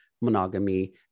monogamy